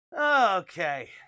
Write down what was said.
Okay